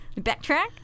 Backtrack